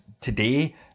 today